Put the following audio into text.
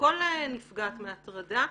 לכל נפגעת מהטרדה.